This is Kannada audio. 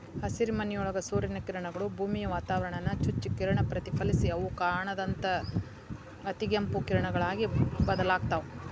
ಹಸಿರುಮನಿಯೊಳಗ ಸೂರ್ಯನ ಕಿರಣಗಳು, ಭೂಮಿಯ ವಾತಾವರಣಾನ ಚುಚ್ಚಿ ಕಿರಣ ಪ್ರತಿಫಲಿಸಿ ಅವು ಕಾಣದಂತ ಅತಿಗೆಂಪು ಕಿರಣಗಳಾಗಿ ಬದಲಾಗ್ತಾವ